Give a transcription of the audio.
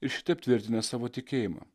ir šitaip tvirtina savo tikėjimą